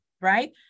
right